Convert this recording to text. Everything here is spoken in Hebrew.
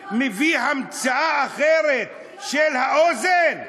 מי מביא המצאה אחרת של האוזן?